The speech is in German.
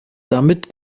damit